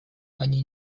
они